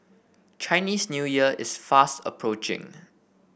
Chinese New Year is fast approaching